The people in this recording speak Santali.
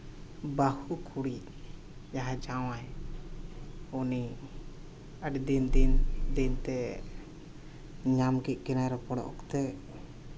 ᱵᱟᱹᱦᱩ ᱠᱩᱲᱤ ᱡᱟᱦᱟᱸᱭ ᱡᱟᱶᱟᱭ ᱩᱱᱤ ᱟᱹᱰᱤ ᱫᱤᱱ ᱫᱤᱱ ᱛᱮ ᱧᱟᱢ ᱠᱮᱫ ᱠᱤᱱᱟᱭ ᱨᱚᱯᱚᱲ ᱚᱠᱛᱮ